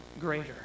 greater